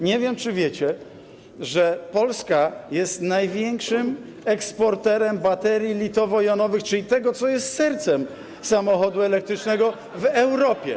Nie wiem, czy wiecie, że Polska jest największym eksporterem baterii litowo-jonowych, czyli tego, co jest sercem samochodu elektrycznego, w Europie.